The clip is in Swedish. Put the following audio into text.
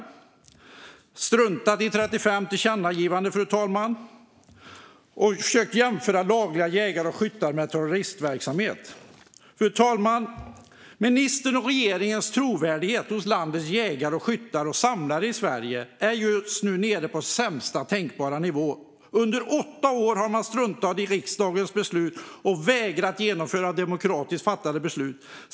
Man har också struntat i 35 tillkännagivanden och försökt jämföra laglydiga jägare och skyttar med terroristverksamhet. Fru talman! Ministerns och regeringens trovärdighet hos landets jägare, skyttar och vapensamlare är just nu nere på lägsta tänkbara nivå. Under åtta år har man struntat i riksdagen och vägrat genomföra demokratiskt fattade beslut.